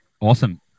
Awesome